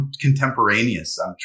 contemporaneous